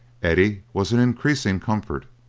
eddie was an increasing comfort,